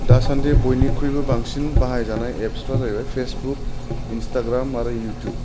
दासान्दि बयनिख्रुइबो बांसिन बाहायजानाय एफसफ्रा जाहैबाय फेसबुक इनसताग्राम आरो इउथुब